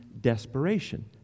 desperation